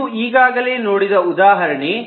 ಇದು ಈಗಾಗಲೇ ನೋಡಿದ ಉದಾಹರಣೆ